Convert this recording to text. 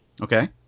Okay